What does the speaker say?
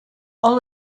all